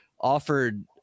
offered